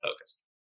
focused